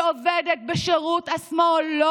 שעובדת בשירות השמאל, לא